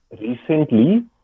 recently